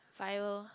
fire